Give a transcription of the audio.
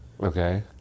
Okay